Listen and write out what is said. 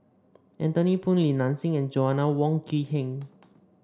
Anthony Poon Li Nanxing and Joanna Wong Quee Heng